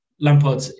Lampard